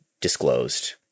disclosed